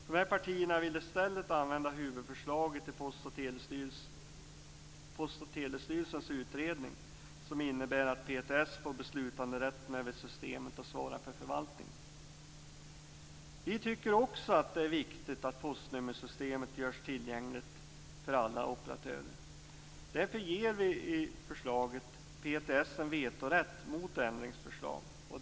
De här partierna vill i stället använda huvudförslaget i PTS får beslutanderätt över det system som svarar för förvaltning. Vi tycker också att det är viktigt att postnummersystemet görs tillgängligt för alla operatörer. Därför ger vi i förslaget PTS en vetorätt mot ändringsförslag.